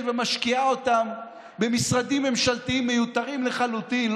ומשקיעה אותם במשרדים ממשלתיים מיותרים לחלוטין.